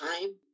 time